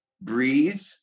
breathe